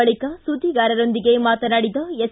ಬಳಕ ಸುದ್ದಿಗಾರರೊಂದಿಗೆ ಮಾತನಾಡಿದ ಎಸ್